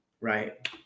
right